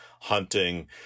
hunting